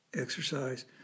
exercise